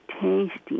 tasty